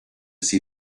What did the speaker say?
see